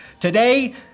Today